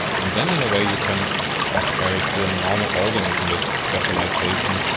and then in a way you can compare it to a normal organism with specialisation.